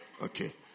Okay